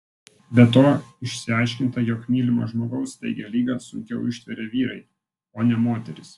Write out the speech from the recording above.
be to išsiaiškinta jog mylimo žmogaus staigią ligą sunkiau ištveria vyrai o ne moterys